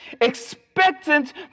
expectant